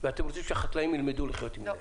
ואתם רוצים שהחקלאים ילמדו לחיות עם זה.